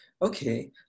Okay